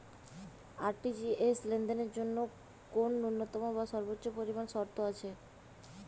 RTGS লেনদেনের জন্য কোন ন্যূনতম বা সর্বোচ্চ পরিমাণ শর্ত আছে?